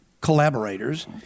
collaborators